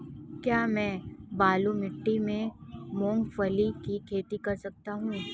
क्या मैं बालू मिट्टी में मूंगफली की खेती कर सकता हूँ?